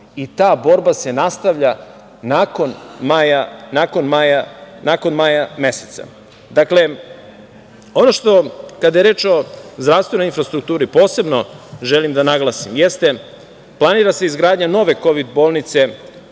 i ta borba se nastavlja nakon maja meseca. Dakle, ono što, kada je reč o zdravstvenoj infrastrukturi posebno želim da naglasim jeste planira se izgradnja nove kovid bolnice